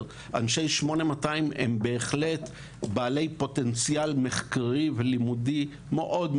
כמו אנשי 8200 שהם בהחלט בעלי פוטנציאל מחקרי ולימודי גבוה מאוד,